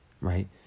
right